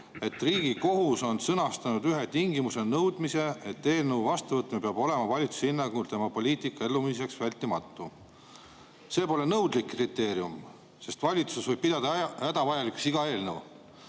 et Riigikohus on sõnastanud ühe tingimusena nõudmise, et eelnõu vastuvõtmine peab olema valitsuse hinnangul tema poliitika elluviimiseks vältimatu. See pole nõudlik kriteerium, sest valitsus võib pidada hädavajalikuks iga eelnõu,